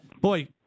boy